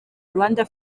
rwanda